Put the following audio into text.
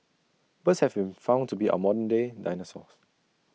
birds have been found to be our modern day dinosaurs